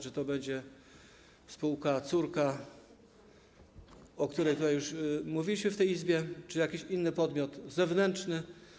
Czy to będzie spółka córka, o której już mówiliśmy w tej Izbie, czy jakiś inny podmiot zewnętrzny?